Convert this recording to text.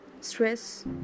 stress